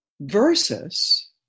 versus